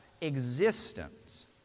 existence